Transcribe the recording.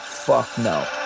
fuck no.